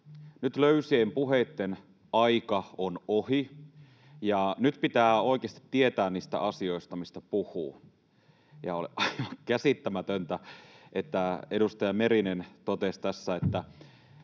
nyt löysien puheitten aika on ohi, ja nyt pitää oikeasti tietää niistä asioista, mistä puhuu. On käsittämätöntä, että edustaja Merinen totesi tässä, että